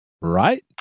right